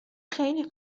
خیلی